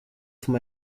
for